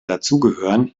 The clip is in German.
dazugehören